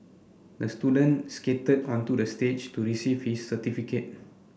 the student skated onto the stage to receive his certificate